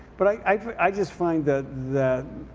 but i i just find that that